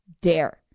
dare